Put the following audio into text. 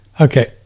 Okay